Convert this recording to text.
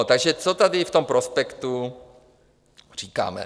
Takže co tady v tom prospektu říkáme?